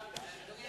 בעצם?